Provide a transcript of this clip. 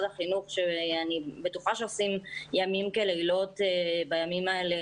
החינוך שאני בטוחה שעושים ימים ולילות בימים האלה